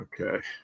Okay